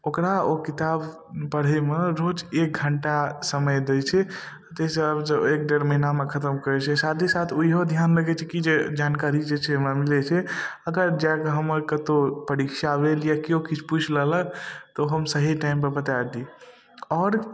ओकरा ओ किताब पढ़यमे रोज एक घण्टा समय दै छै अइ हिसाबसँ एक डेढ़ महीनामे खतम करै छै साथ ही साथ ओ इहो ध्यानमे दै छै की जानकारी जे छै हमरा मिलै छै अगर जा कऽ हमर कत्तौ परीक्षामे जे केओ किछु पुछि लेलक तऽ हम सही टाइमपर बता दियै आओर